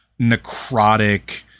necrotic